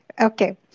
Okay